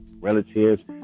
relatives